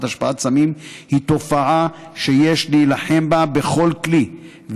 השפעת סמים היא תופעה שיש להילחם בה בכל כלי,